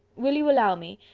will you allow me,